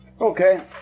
Okay